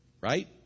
Right